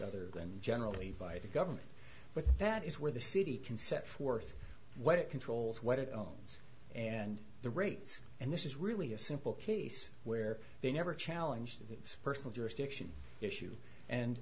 other than generally by the government but that is where the city can set forth what it controls what it owns and the rates and this is really a simple case where they never challenge these personal jurisdiction issue and